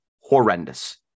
Horrendous